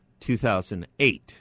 2008